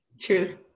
true